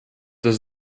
does